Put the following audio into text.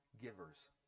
givers